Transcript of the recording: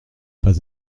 pas